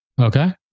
Okay